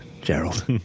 Gerald